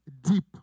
deep